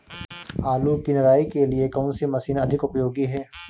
आलू की निराई के लिए कौन सी मशीन अधिक उपयोगी है?